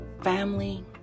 family